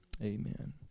Amen